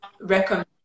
recommend